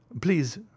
please